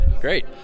Great